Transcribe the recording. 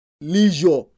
leisure